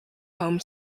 home